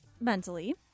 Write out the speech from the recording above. mentally